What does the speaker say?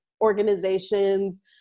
organizations